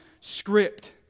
script